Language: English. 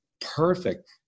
perfect